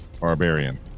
Barbarian